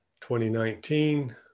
2019